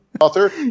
author